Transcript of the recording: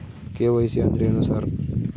KYC ಅಂದ್ರೇನು sir?